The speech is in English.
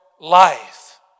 life